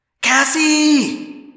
Cassie